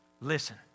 Listen